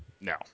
No